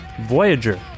Voyager